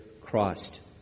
Christ